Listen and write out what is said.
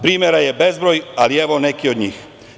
Primera je bezbroj, ali evo nekih od njih.